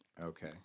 okay